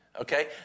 okay